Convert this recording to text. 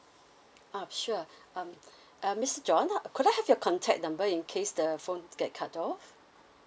um sure um uh mister john could I have your contact number in case the phone get cut off